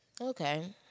Okay